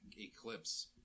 eclipse